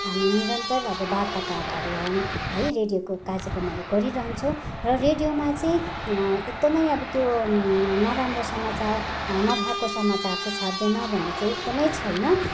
हामी निरन्तर अब वार्ताकारहरू हौँ है रेडियोको कार्यक्रमहरू गरिरहन्छौँ र रेडियोमा चाहिँ एकदमै अब त्यो नराम्रो समाचार नभएको समाचार चाहिँ छाप्दैन भन्ने चाहिँ एकदमै छैन